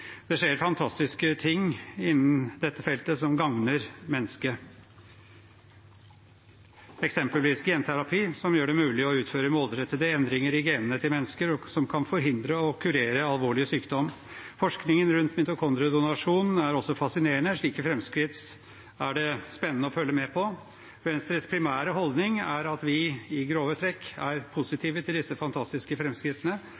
Det skjer fantastiske ting innen dette feltet som gagner mennesket, eksempelvis genterapi, som gjør det mulig å utføre målrettede endringer i genene til mennesker, og som kan forhindre og kurere alvorlig sykdom. Forskningen rundt mitokondriedonasjon er også fascinerende. Slike framskritt er det spennende å følge med på. Venstres primære holdning er at vi i grove trekk er